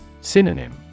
Synonym